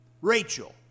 Rachel